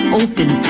open